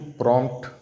prompt